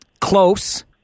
Close